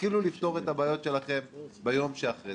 תתחילו לפתור את הבעיות שלכם ביום שאחרי.